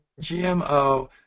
GMO